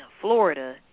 Florida